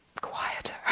quieter